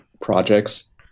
projects